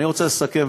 אני רוצה לסכם,